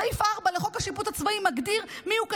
סעיף 4 לחוק השיפוט הצבאי מגדיר מיהו קצין: